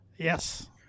Yes